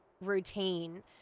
routine